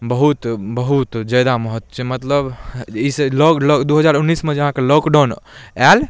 बहुत बहुत ज्यादा महत्व छै मतलब इस लॉक्ड दुइ हजार उनैसमे जे अहाँके लॉकडाउन आएल